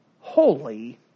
holy